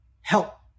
help